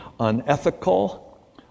unethical